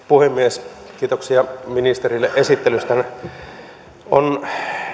puhemies kiitoksia ministerille esittelystä on